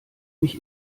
mich